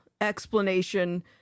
explanation